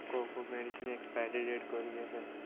କେଉଁ କେଉଁ medicine expiry date କରିିଯାଇଥାଏ